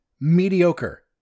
mediocre